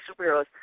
superheroes